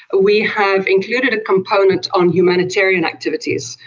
we have included a component on humanitarian activities,